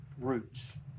roots